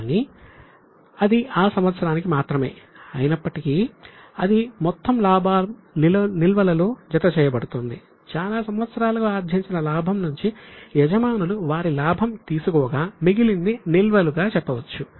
కానీ అది ఆ సంవత్సరానికి మాత్రమే అయినప్పటికీ అది మొత్తం లాభం నిల్వలలో జతచేయబడుతోంది చాలా సంవత్సరాలుగా ఆర్జించిన లాభం నుంచి యజమానులు వారి లాభం తీసుకోగా మిగిలింది నిల్వలుగా చెప్పవచ్చు